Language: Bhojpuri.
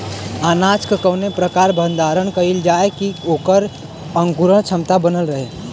अनाज क कवने प्रकार भण्डारण कइल जाय कि वोकर अंकुरण क्षमता बनल रहे?